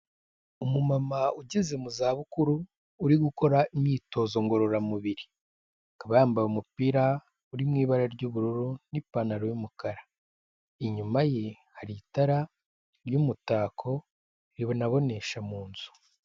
Umumama ugeze mu za bukuru uri gukora imyitozo ngororamubiri akaba yambaye umupira uri mu ibara ry'ubururu n'ipantaro y'umukara, inyuma ye hari itara ry'umutako rinabonesha mu nzu.